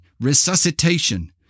resuscitation